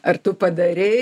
ar tu padarei